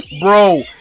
bro